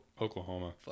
Oklahoma